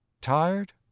TIRED